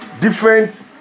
different